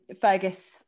Fergus